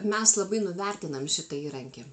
mes labai nuvertinam šitą įrankį